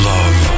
Love